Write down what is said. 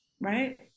right